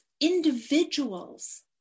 individuals